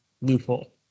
Loophole